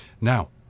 Now